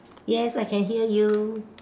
yes I can hear you